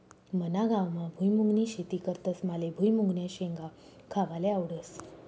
मना गावमा भुईमुंगनी शेती करतस माले भुईमुंगन्या शेंगा खावाले आवडस